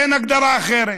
אין הגדרה אחרת.